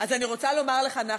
אז אני רוצה לומר לך, נחמן,